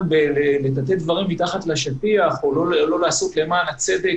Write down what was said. לטאטא דברים מתחת לשטיח או לא לעשות למען הצדק.